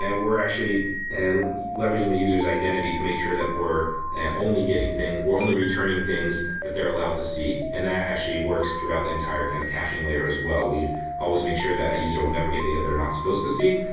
ah we're actually and leveraging the user's identity to make sure that we're only getting things we're only returning returning things that they're allowed to see and that actually works throughout the entire kind of caching layer as well. we always make sure that a user will never get data they're not supposed to see.